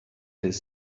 his